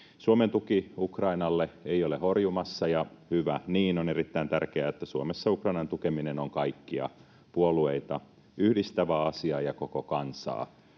Suomen tuki Ukrainalle ei ole horjumassa, ja hyvä niin. On erittäin tärkeää, että Suomessa Ukrainan tukeminen on kaikkia puolueita yhdistävä asia ja koko kansaa